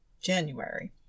January